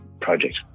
project